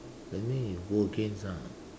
that means you go against ah